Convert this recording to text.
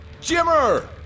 Jimmer